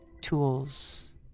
tools